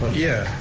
yeah,